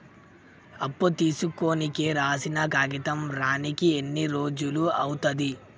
అప్పు తీసుకోనికి రాసిన కాగితం రానీకి ఎన్ని రోజులు అవుతది?